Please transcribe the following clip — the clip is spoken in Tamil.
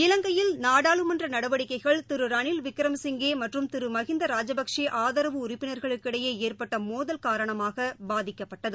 இலங்கையில் நாடாளுமன்றநடவடிக்கைகள் திருரணில் விக்ரமசிங்கேமற்றும் திருமகிந்தாராஜபக்ஷே ஆதரவு உறுப்பினா்களுக்கிடையேஏற்பட்டமோதல் காரணமாகபாதிக்கப்பட்டது